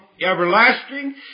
everlasting